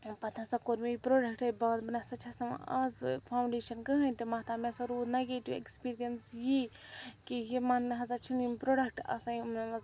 پَتہٕ ہَسا کوٚر مےٚ یہِ پرٛوڈَکٹَے بنٛد بہٕ نہٕ سا چھیٚس نہٕ وۄنۍ آزٕ فانٛوڈیشَن کٕہٲنۍ تہِ مَتھان مےٚ ہَسا روٗد نگیٹِو ایٚکٕسپیٖریَنٕس یی کہِ یِمَن نَہ ہَسا چھِنہٕ یِم پرٛوڈَکٹہٕ آسان یِمَن منٛز